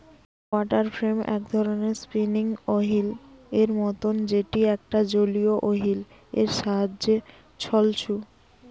water frame এক ধরণের spinning wheel এর মতন যেটি একটা জলীয় ওহীল এর সাহায্যে ছলছু